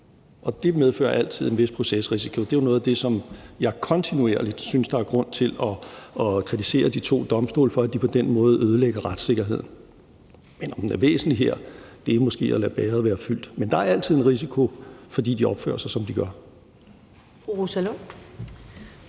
Og det medfører altid en vis procesrisiko. Det er jo noget af det, som jeg kontinuerligt synes der er grund til at kritisere de to domstole for – altså at de på den måde ødelægger retssikkerheden. Men om den er væsentlig her, er måske at lade bægeret være fyldt. Men der er altid en risiko, fordi de opfører sig, som de gør.